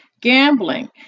gambling